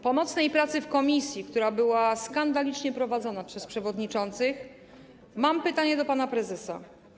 Po nocnej pracy w komisji, która była skandalicznie prowadzona przez przewodniczących, mam pytanie do pana prezesa: